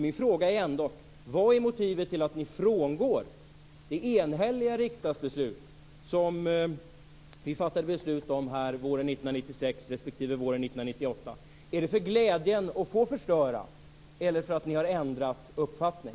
Min fråga är ändå: Vad är motivet till att ni frångår det enhälliga riksdagsbeslut som fattades våren 1996 respektive våren 1998? Är det för glädjen att få förstöra, eller för att ni har ändrat uppfattning?